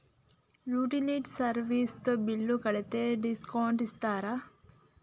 Utility service తో bill కడితే discount ఇస్తరా?